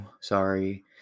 sorry